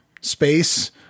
space